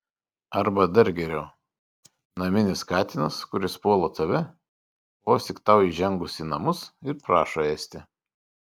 arba dar geriau naminis katinas kuris puola tave vos tik tau įžengus į namus ir prašo ėsti